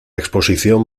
exposición